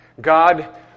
God